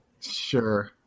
Sure